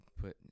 put